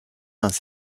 dans